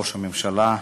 ראש הממשלה,